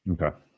okay